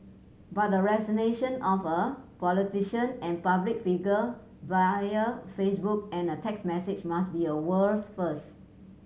but a resignation of a politician and public figure via Facebook and a text message must be a world's first